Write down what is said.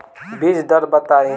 बीज दर बताई?